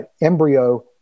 embryo